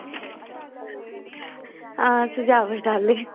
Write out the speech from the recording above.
सुजाव पुच्छना आहले